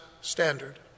standard